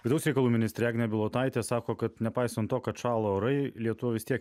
vidaus reikalų ministrė agnė bilotaitė sako kad nepaisant to kad šąla orai lietuviai vis tiek